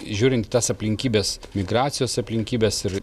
žiūrint į tas aplinkybes migracijos aplinkybes ir